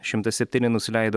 šimtas septyni nusileido